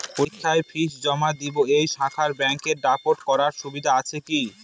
পরীক্ষার ফি জমা দিব এই শাখায় ব্যাংক ড্রাফট করার সুবিধা আছে কি?